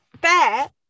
bear